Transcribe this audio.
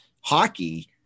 hockey